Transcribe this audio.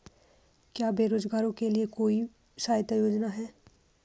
क्या बेरोजगारों के लिए भी कोई सहायता योजना है?